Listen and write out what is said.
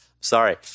sorry